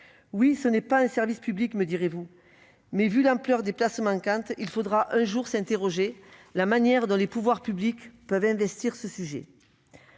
Ce n'est pas un service public, me direz-vous, mais au vu de l'ampleur des places manquantes, il faudra un jour s'interroger sur la manière dont les pouvoirs publics peuvent investir ce sujet.